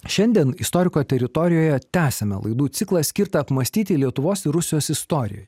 šiandien istoriko teritorijoje tęsiame laidų ciklą skirtą apmąstyti lietuvos ir rusijos istoriją